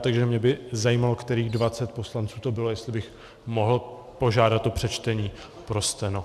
Takže mě by zajímalo, kterých dvacet poslanců to bylo, jestli bych mohl požádat o přečtení pro steno.